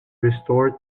restored